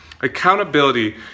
Accountability